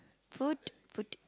put put